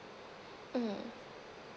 mm